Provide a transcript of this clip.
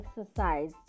exercise